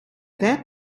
that